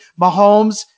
Mahomes